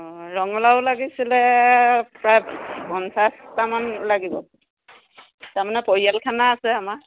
অঁ ৰঙালাও লাগিছিলে প্ৰায় পঞ্চাছটা মান লাগিব তাৰমানে পৰিয়াল খানা আছে আমাৰ